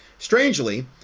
Strangely